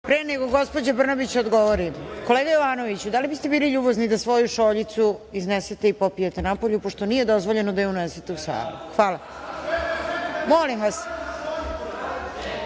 Pre nego što gospođa Brnabić odgovori, kolega Jovanoviću, da li biste bili ljubazni da svoju šoljicu iznesete i popijete napolju, pošto nije dozvoljeno da je unesete u salu? Hvala. Reč ima